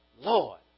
Lord